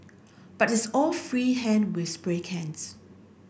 but it's all free hand with spray cans